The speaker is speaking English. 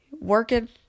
working